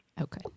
Okay